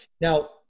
Now